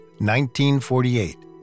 1948